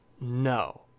No